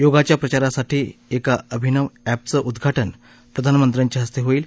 योगाच्या प्रचारासाठी एका अभिनव एपचं उद्घाटन प्रधानमंत्र्यांच्या हस्तव्विईल